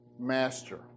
Master